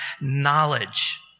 knowledge